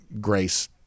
grace